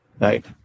Right